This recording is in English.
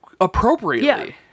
appropriately